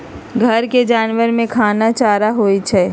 घर के जानवर के खाना चारा होई छई